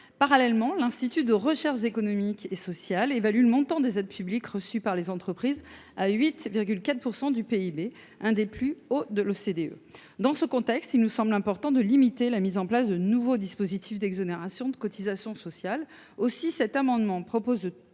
Parallèlement, l’Institut de recherches économiques et sociales évalue le montant des aides publiques reçues par les entreprises à 8,4 % du PIB, ce qui en fait l’un des plus hauts de l’OCDE. Dans ce contexte, il nous semble important de limiter la mise en place de nouveaux dispositifs d’exonération de cotisations sociales.